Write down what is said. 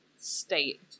state